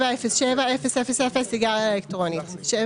"707000--- סיגריה אלקטרונית :-